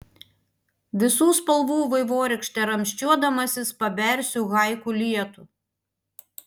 visų spalvų vaivorykšte ramsčiuodamasis pabersiu haiku lietų